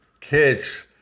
kids